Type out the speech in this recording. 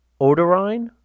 Odorine